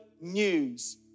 news